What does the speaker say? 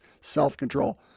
self-control